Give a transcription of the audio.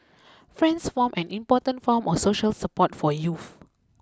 friends form an important form of social support for youths